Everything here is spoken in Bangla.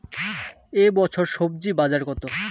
এ বছর স্বজি বাজার কত?